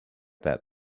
that